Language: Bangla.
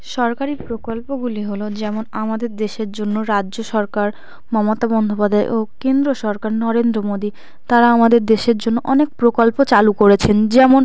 সরকারি প্রকল্পগুলি হল যেমন আমাদের দেশের জন্য রাজ্য সরকার মমতা বন্ধ্যোপাধ্যায় ও কেন্দ্র সরকার নরেন্দ্র মোদি তারা আমাদের দেশের জন্য অনেক প্রকল্প চালু করেছেন যেমন